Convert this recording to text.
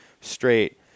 straight